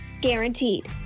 Guaranteed